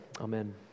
Amen